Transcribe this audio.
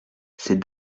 ces